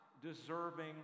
deserving